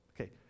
Okay